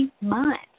months